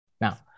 now